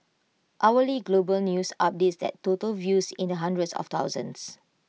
hourly global news updates that total views in the hundreds of thousands